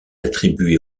attribuée